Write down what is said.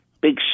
big